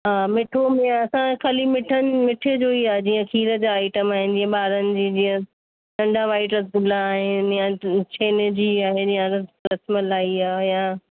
हा मिठो में असां ख़ाली मिठनि मिठे जो ई आहे जीअं खीर जा आइटम आहिनि जीअं ॿारनि जी जीअं नंढा वाइट रसगुल्ला आहिनि या छेने जी आहे रसमलाई या